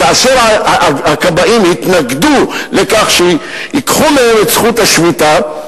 כאשר הכבאים התנגדו לכך שייקחו מהם את זכות השביתה,